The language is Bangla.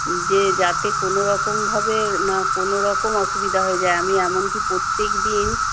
যে যাতে কোনওরকমভাবে না কোনওরকম অসুবিধা হয়ে যায় আমি এমনকি প্রত্যেকদিন